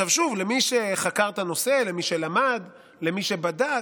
שוב, למי שחקר את הנושא, למי שלמד, למי שבדק,